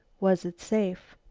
was it safe?